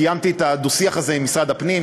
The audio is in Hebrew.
קיימתי את הדו-שיח הזה עם משרד הפנים,